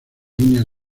líneas